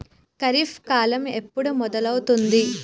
ఖరీఫ్ కాలం ఎప్పుడు మొదలవుతుంది?